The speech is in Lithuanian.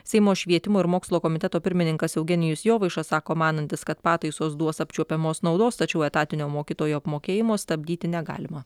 seimo švietimo ir mokslo komiteto pirmininkas eugenijus jovaiša sako manantis kad pataisos duos apčiuopiamos naudos tačiau etatinio mokytojų apmokėjimo stabdyti negalima